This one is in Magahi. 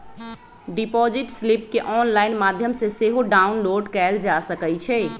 डिपॉजिट स्लिप केंऑनलाइन माध्यम से सेहो डाउनलोड कएल जा सकइ छइ